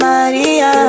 Maria